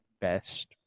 best